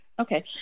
Okay